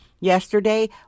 Yesterday